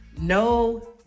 No